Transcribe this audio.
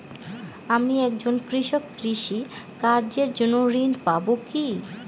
আমি একজন কৃষক কৃষি কার্যের জন্য ঋণ পাব কি?